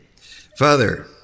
Father